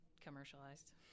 commercialized